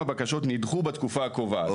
בקשות נדחו בתקופה הקרובה.